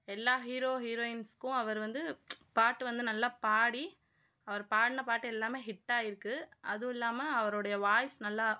எல்லா ஹீரோ ஹீரோயின்ஸுக்கும் அவர் வந்து பாட்டு வந்து நல்லா பாடி அவர் பாடின பாட்டு எல்லாமே ஹிட்டாகியிருக்கு அதுவும் இல்லாமல் அவருடைய வாய்ஸ் நல்லா